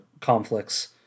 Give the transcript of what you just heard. conflicts